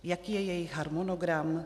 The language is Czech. Jaký je jejich harmonogram?